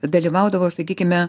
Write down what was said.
dalyvaudavo sakykime